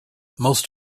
most